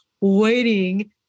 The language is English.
waiting